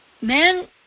men